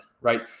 right